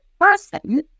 person